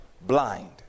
blind